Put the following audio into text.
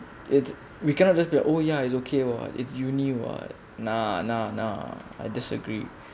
it's we cannot just be like oh ya it's okay it's in uni !wah! nah nah nah I disagree